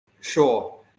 sure